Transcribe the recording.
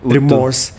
Remorse